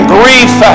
grief